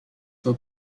were